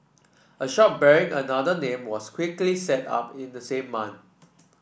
a shop bearing another name was quickly set up in the same month